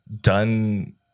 done